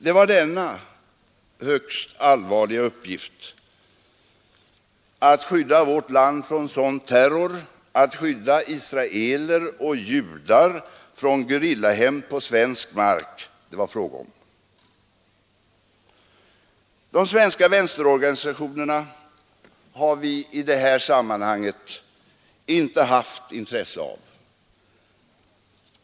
Det var denna högst allvarliga uppgift — att skydda vårt land från sådan terror och att skydda israeler och judar från gerillahämnd på svensk mark — som det var fråga om. De svenska vänsterorganisationerna har vi i detta sammanhang inte haft intresse av.